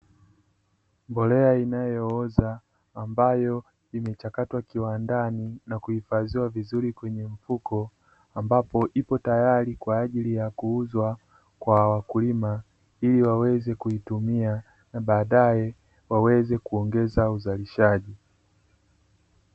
Mbolea inayooza ambayo imechakatwa kiwandani na kuhifadhiwa vizuri kwenye mfuko, ambapo ipo tayari kwa ajili ya kuuzwa kwa wakulima, ili waweze kuitumia, na baadae waweze kuongeza uzalishaji.